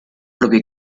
propio